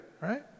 right